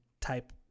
type